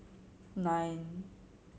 nine